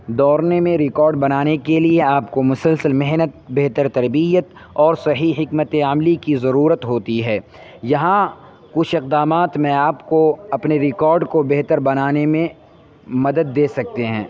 دوڑنے میں ریکارڈ بنانے کے لیے آپ کو مسلسل محنت بہتر تربیت اور صحیح حکمت عملی کی ضرورت ہوتی ہے یہاں کچھ اقدامات میں آپ کو اپنے ریکارڈ کو بہتر بنانے میں مدد دے سکتے ہیں